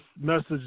message